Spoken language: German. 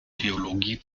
theologie